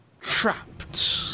trapped